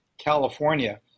California